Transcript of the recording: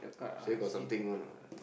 sure got something one what